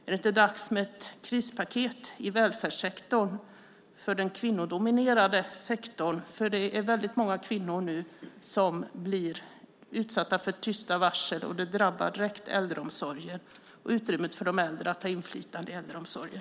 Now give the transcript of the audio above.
Är det inte dags med ett krispaket i välfärdssektorn för den kvinnodominerade sektorn? Det är nämligen väldigt många kvinnor som nu blir utsatta för tysta varsel, och det drabbar direkt äldreomsorgen och utrymmet för de äldre att ha inflytande i äldreomsorgen.